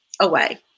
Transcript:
away